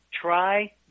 Try